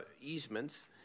easements